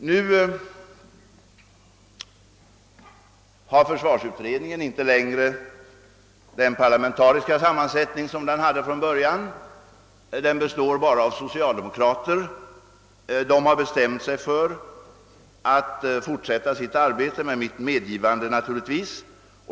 Nu har försvarsutredningen inte längre den parlamentariska sammansättning som den hade från början; den består bara av socialdemokrater. De har bestämt sig för att fortsätta sitt arbete, med mitt medgivande naturligtvis.